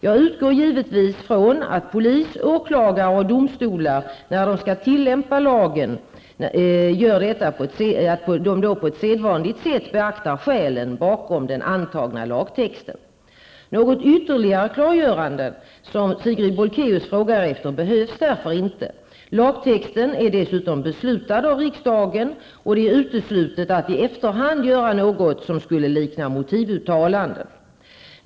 Jag utgår givetvis från att polis, åklagare och domstolar när de skall tillämpa lagen på sedvanligt sätt beaktar skälen bakom den antagna lagtexten. Något ytterligare klargörande som Sigrid Bolkéus frågar efter behövs därför inte. Lagtexten är dessutom beslutad av riksdagen, och det är uteslutet att i efterhand göra något som skulle likna motivuttalanden.